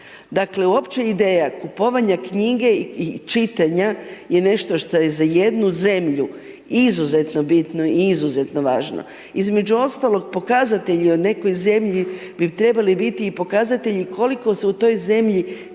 Dakle, uopće ideja kupovanja knjige i čitanja je nešto što je za jednu zemlju izuzetno bitno i izuzetno važno. Između ostalog pokazatelji o nekoj zemlji bi trebali biti i pokazatelji koliko se u toj zemlji